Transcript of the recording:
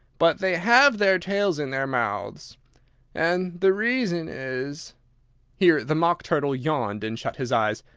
but they have their tails in their mouths and the reason is here the mock turtle yawned and shut his eyes.